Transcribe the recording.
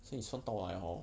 so 你算到来 hor